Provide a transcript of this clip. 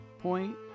Point